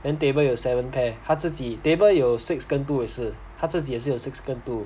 then table 有 seven pair 他自己 table 有 six 跟 two 也是他自己也是有 six 跟 two